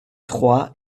trois